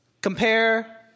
compare